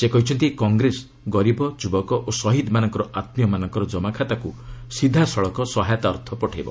ସେ କହିଛନ୍ତି କଂଗ୍ରେସ ଗରିବ ଯୁବକ ଓ ଶହୀଦ୍ମାନଙ୍କ ଆତ୍ମୀୟମାନଙ୍କ ଜମାଖାତାକୁ ସିଧାସଳଖ ସହାୟତା ଅର୍ଥ ପଠାଇବ